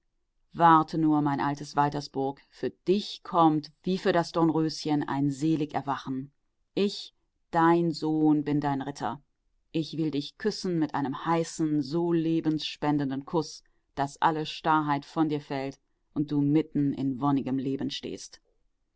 warte nur mein altes waltersburg für dich kommt wie für das dornröschen ein selig erwachen ich dein sohn bin dein ritter ich will dich küssen mit einem heißen so lebenspendenden kuß daß alle starrheit von dir fällt und du mitten in wonnigem leben